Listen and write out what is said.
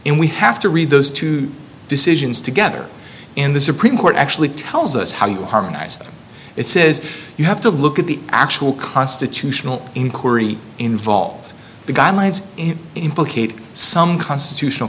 and we have to read those two decisions together in the supreme court actually tells us how you harmonize them it says you have to look at the actual constitutional inquiry involved the guidelines implicate some constitutional